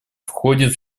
входит